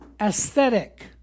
aesthetic